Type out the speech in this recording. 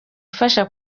ifasha